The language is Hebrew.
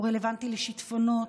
הוא רלוונטי לשיטפונות,